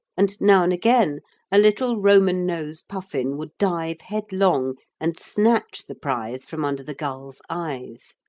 and now and again a little roman-nose puffin would dive headlong and snatch the prize from under the gulls' eyes.